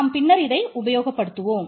நாம் பின்னர் இதை உபயோக படுத்துவோம்